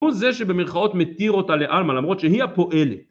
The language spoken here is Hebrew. הוא זה שבמירכאות מתיר אותה לאלמה למרות שהיא הפועלת